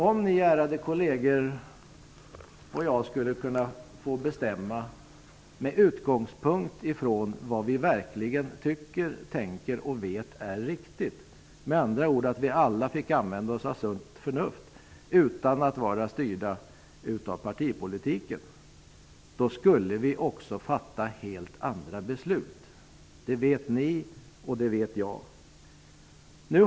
Om vi, ärade kolleger, skulle få bestämma med utgångspunkt ifrån vad vi verkligen tycker, tänker och vet är riktigt utan att vara styrda av partipolitiken, skulle vi med andra ord använda vårt sunda förnuft. Då skulle vi också fatta helt andra beslut. Det vet ni, och det vet jag.